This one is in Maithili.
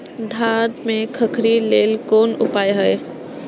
धान में खखरी लेल कोन उपाय हय?